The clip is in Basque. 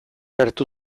hartu